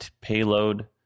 payload